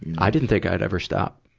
i didn't think i'd ever stop.